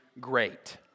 great